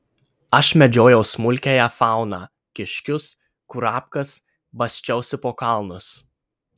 aš medžiojau smulkiąją fauną kiškius kurapkas basčiausi po kalnus